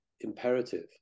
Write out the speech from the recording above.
imperative